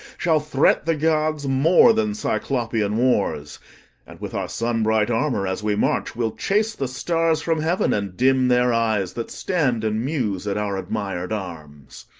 shall threat the gods more than cyclopian wars and with our sun-bright armour, as we march, we'll chase the stars from heaven, and dim their eyes that stand and muse at our admired arms.